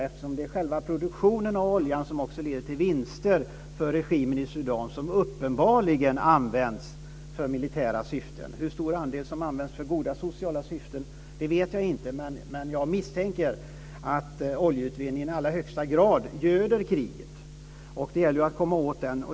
Det är själva produktionen av olja som också leder till vinster för regimen i Sudan som uppenbarligen används för militära syften. Hur stor del som används för goda sociala syften vet jag inte, men jag misstänker att oljeutvinningen i allra högsta grad göder kriget. Det gäller att komma åt den.